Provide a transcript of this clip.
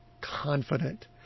confident